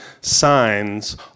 signs